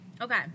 okay